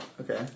Okay